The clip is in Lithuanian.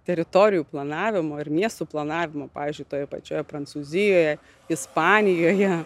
teritorijų planavimo ir miestų planavimo pavyzdžiui toje pačioje prancūzijoje ispanijoje